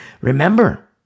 remember